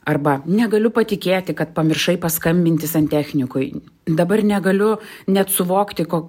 arba negaliu patikėti kad pamiršai paskambinti santechnikui dabar negaliu net suvokti ko